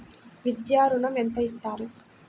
విద్యా ఋణం ఎంత ఇస్తారు?